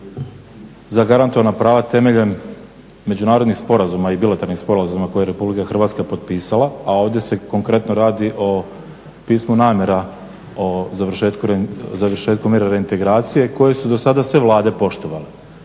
zagaratirana prava temeljem Međunarodnih sporazuma i Bilateralnim sporazumima koje je RH potpisala a ovdje se konkretno radi o pismu namjera o završetku mirovne reintegracije koje su do sada sve Vlade poštovale.